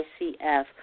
ICF